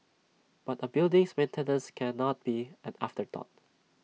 but A building's maintenance cannot be an afterthought